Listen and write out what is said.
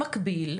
במקביל,